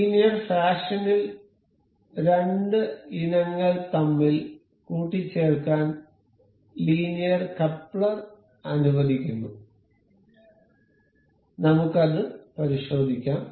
linear ഫാഷനിൽ രണ്ട് ഇനങ്ങൾ തമ്മിൽ കൂട്ടിച്ചേർക്കാൻ ലീനിയർ കപ്ലർ അനുവദിക്കുന്നു നമുക്ക് അത് പരിശോധിക്കാം